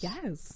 Yes